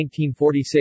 1946